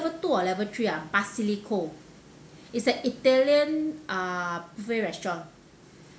level two or level three ah basilico is an italian uh buffet restaurant